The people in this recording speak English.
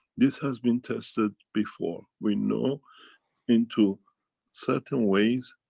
this has been tested before. we know into certain ways,